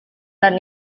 dan